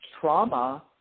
trauma